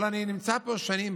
אבל אני נמצא פה שנים,